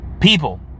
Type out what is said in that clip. People